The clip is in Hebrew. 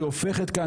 היא הופכת כאן,